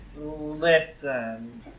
Listen